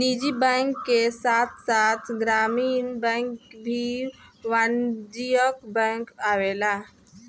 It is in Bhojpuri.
निजी बैंक के साथ साथ ग्रामीण बैंक भी वाणिज्यिक बैंक आवेला